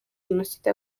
jenoside